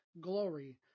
glory